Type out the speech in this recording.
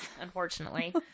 unfortunately